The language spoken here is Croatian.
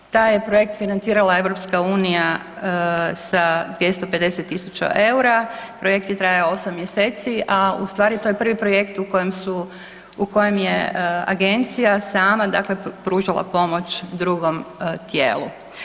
Taj je projekt financirala EU-a sa 250 000 eura, projekt je trajao 8 mj. a ustvari to je prvi projekt u kojem je agencija sama dakle pružala pomoć drugom tijelu.